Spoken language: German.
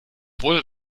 wurde